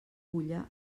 fulla